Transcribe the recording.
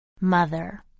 Mother